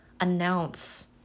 announce